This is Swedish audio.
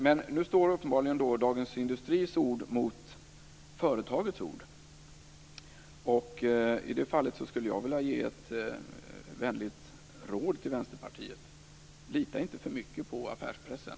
Men nu står uppenbarligen Dagens Industris ord mot företagets ord. I det fallet skulle jag vilja ge ett vänligt råd till Vänsterpartiet. Lita inte för mycket på affärspressen!